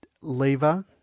Lever